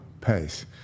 pace